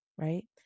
right